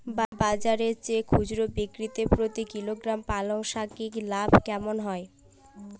বাজারের চেয়ে খুচরো বিক্রিতে প্রতি কিলোগ্রাম পালং শাকে লাভ কেমন হয়?